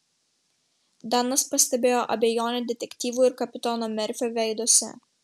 danas pastebėjo abejonę detektyvų ir kapitono merfio veiduose